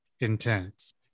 intense